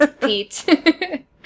Pete